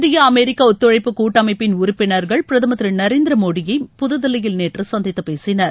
India America ஒத்துழைப்பு கூட்டமைப்பின் உறுப்பினர்கள் பிரதமர் திரு நரேந்திர மோடியை புதுதில்லியில் நேற்று சந்தித்துப் பேசினர்